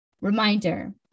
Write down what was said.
reminder